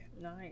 Nice